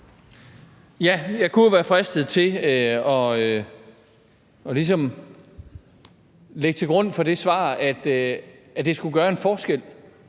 Jeg kunne jo være fristet til ligesom at lægge til grund for det svar, at man mener, at det skulle gøre en forskel.